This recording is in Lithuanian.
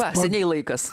va seniai laikas